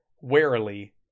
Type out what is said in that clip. warily